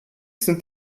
sind